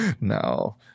No